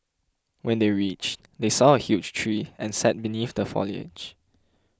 when they reached they saw a huge tree and sat beneath the foliage